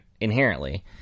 inherently